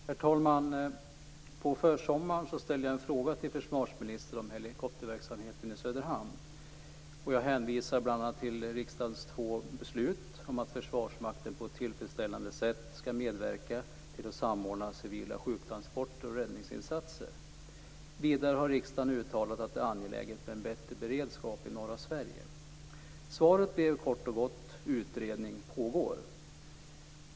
Herr talman! På försommaren ställde jag en fråga till försvarsministern om helikopterverksamheten i Söderhamn. Jag hänvisade bl.a. till riksdagens två beslut om att Försvarsmakten på ett tillfredsställande sätt skall medverka till att samordna civila sjuktransporter och räddningsinsatser. Vidare har riksdagen uttalat att det är angeläget med en bättre beredskap i norra Sverige. Svaret blev kort och gott: Utredning pågår.